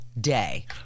day